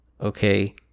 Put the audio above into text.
okay